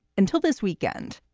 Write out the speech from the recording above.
until this weekend,